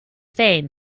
fame